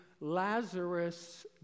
Lazarus